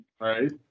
Right